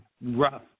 Rough